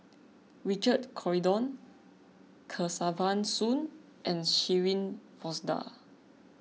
Richard Corridon Kesavan Soon and Shirin Fozdar